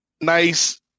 nice